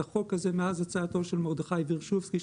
החוק הזה מאז הצעתו של מרדכי ורשובסקי,